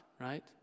right